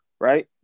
right